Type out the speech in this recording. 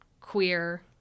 queer